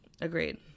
Agreed